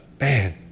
man